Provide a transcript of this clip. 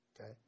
okay